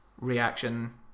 reaction